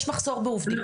יש מחסור בעובדים.